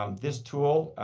um this tool